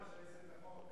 נשנה את זה בחוק.